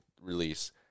release